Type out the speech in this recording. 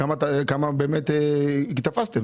כמה תפסתם.